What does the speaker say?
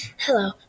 Hello